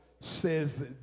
says